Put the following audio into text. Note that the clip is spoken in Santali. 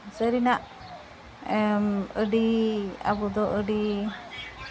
ᱥᱟᱹᱨᱤᱱᱟᱜ ᱟᱹᱰᱤ ᱟᱵᱚ ᱫᱚ ᱟᱹᱰᱤ